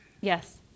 Yes